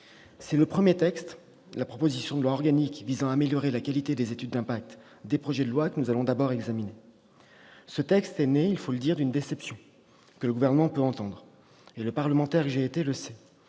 C'est la proposition de loi organique visant à améliorer la qualité des études d'impact des projets de loi que nous allons d'abord examiner. Ce texte est né d'une déception, que le Gouvernement peut entendre. Le parlementaire que j'ai été le sait